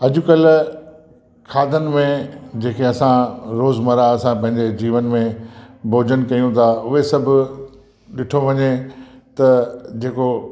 अॼुकल्ह खाधनि में जेके असां रोजमर्हा असां पंहिंजे जीवन में भोॼनु कयूं था उहे सभु ॾिठो वञे त जेको